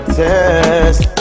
test